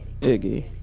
Iggy